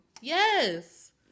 Yes